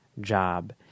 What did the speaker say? job